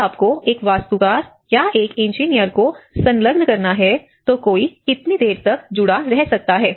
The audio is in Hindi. यदि आपको एक वास्तुकार या एक इंजीनियर को संलग्न करना है तो कोई कितनी देर तक जुड़ा रह सकता है